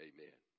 Amen